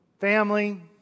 Family